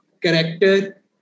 character